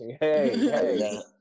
hey